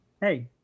hey